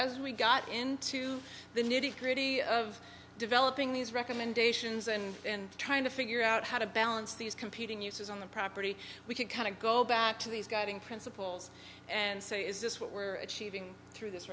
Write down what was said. as we got into the nitty gritty of developing these recommendations and trying to figure out how to balance these competing uses on the property we could kind of go back to these guiding principles and say is this what we're achieving through this